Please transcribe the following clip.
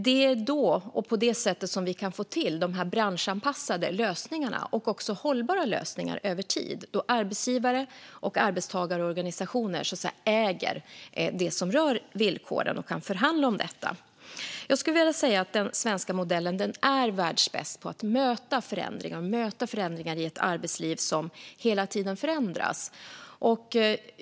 Det är då och på det sättet som vi kan få till de branschanpassade lösningarna och också hållbara lösningar över tid då arbetsgivare och arbetstagarorganisationer så att säga äger det som rör villkoren och kan förhandla om detta. Jag skulle säga att den svenska modellen är världsbäst på att möta förändring och ett arbetsliv som hela tiden förändras. Fru talman!